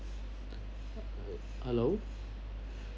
hello